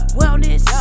wellness